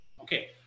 Okay